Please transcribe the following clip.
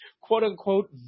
quote-unquote